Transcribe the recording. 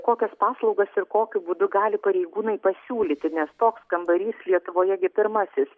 kokias paslaugas ir kokiu būdu gali pareigūnai pasiūlyti nes toks kambarys lietuvoje gi pirmasis